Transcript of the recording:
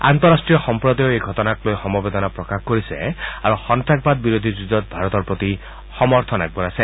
আন্তঃৰাষ্ট্ৰীয় সম্প্ৰদায়েও এই ঘটনাক লৈ সমবেদনা প্ৰকাশ কৰিছে আৰু সন্নাসবাদ বিৰোধী যুঁজত ভাৰতৰ প্ৰতি সমৰ্থন আগবঢ়াইছে